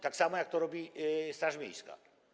Tak samo jak robi straż miejska.